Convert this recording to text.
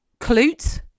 Clute